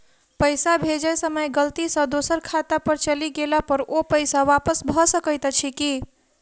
पैसा भेजय समय गलती सँ दोसर खाता पर चलि गेला पर ओ पैसा वापस भऽ सकैत अछि की?